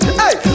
hey